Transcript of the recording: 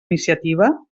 iniciativa